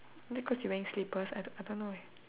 maybe cause you wearing slippers I I don't know eh